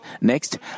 next